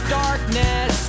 darkness